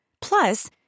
Plus